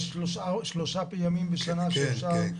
יש שלושה ימים בשנה שאפשר.